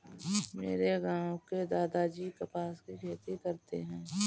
मेरे गांव में दादाजी कपास की खेती करते हैं